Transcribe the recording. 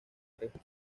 resto